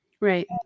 Right